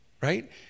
Right